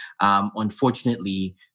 Unfortunately